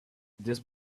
this